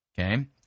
Okay